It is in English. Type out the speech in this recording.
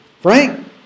Frank